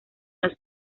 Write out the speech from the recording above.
los